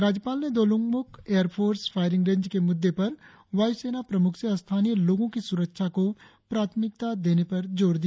राज्यपाल ने Dolungmukh air force firing range के मुद्दे पर वायू सेना प्रमुख से स्थानीय लोगों की सुरक्षा को प्राथमिकता देने पर जोर दिया